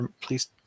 please